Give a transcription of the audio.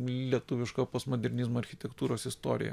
lietuviško postmodernizmo architektūros istorija